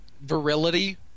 virility